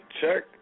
check